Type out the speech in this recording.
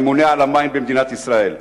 הממונה על המים במדינת ישראל,